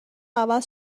عوض